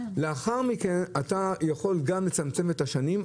לאחר מכן אתה יכול גם לצמצם את השנים,